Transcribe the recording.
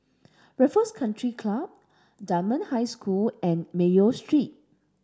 Raffles Country Club Dunman High School and Mayo Street